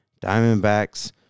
Diamondbacks